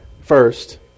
first